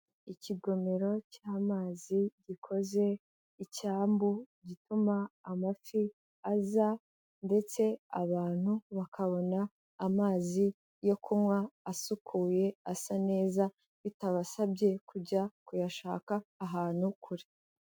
Ikigomero cy'amazi gikoze icyambu gituma amafi aza, ndetse abantu bakabona amazi yo kunywa asukuye asa neza bitabasabye kujya kuyashaka ahantu kure.